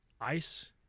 ice